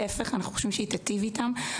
להפך לדעתנו, היא תיטיב איתם.